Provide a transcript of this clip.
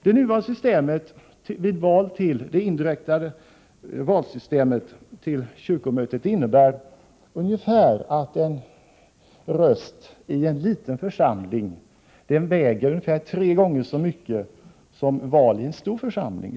Det nuvarande systemet med indirekta val till kyrkomötet innebär att en röst i en liten församling väger ungefär tre gånger så mycket som en röst i en stor församling.